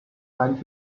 hand